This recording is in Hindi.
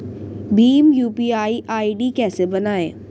भीम यू.पी.आई आई.डी कैसे बनाएं?